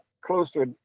closer